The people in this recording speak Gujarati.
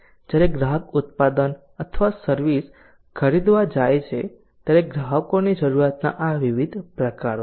જ્યારે ગ્રાહક ઉત્પાદન અથવા સર્વિસ ખરીદવા જાય ત્યારે ગ્રાહકોની જરૂરિયાતોના આ વિવિધ પ્રકારો છે